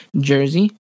jersey